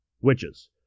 witches